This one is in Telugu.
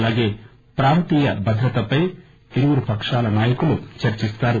అలాగే ప్రాంతీయ భద్రతపై ఇరు పకాల నాయకులు చర్చిస్తారు